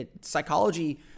psychology